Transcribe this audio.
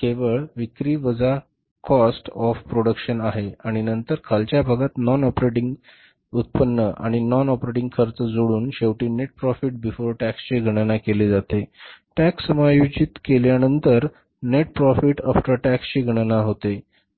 केवळ विक्री वजा कॉस्ट ऑफ प्रोडक्शन आहे आणि नंतर खालच्या भागात नॉन ऑपरेटिंग उत्पन्न आणि नॉन ऑपरेटिंग खर्च जोडून शेवटी नेट प्रॉफिट बिफोर टॅक्स ची गणना केली जाते आणि टॅक्स समायोजित केल्यानंतर नेट प्रोफेट आफ्टर टॅक्स ची गणना होते बरोबर